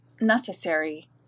necessary